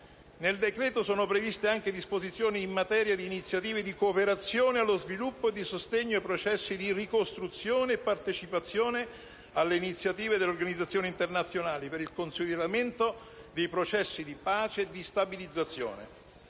Nel decreto-legge sono previste anche disposizioni in materia di iniziative di cooperazione allo sviluppo e di sostegno ai processi di ricostruzione e partecipazione alle iniziative delle organizzazioni internazionali per il consolidamento dei processi di pace e stabilizzazione.